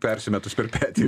persimetus per petį